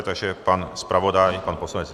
Takže pan zpravodaj, pan poslanec .